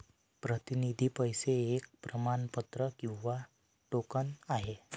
प्रतिनिधी पैसे एक प्रमाणपत्र किंवा टोकन आहे